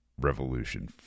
revolution